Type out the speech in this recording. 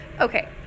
Okay